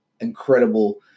Incredible